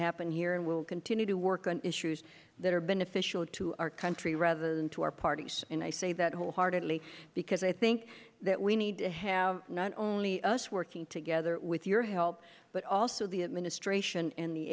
happen here and we'll continue to work on issues that are beneficial to our country rather than to our parties and i say that wholeheartedly because i think that we need to have not only us working together with your help but also the administration and the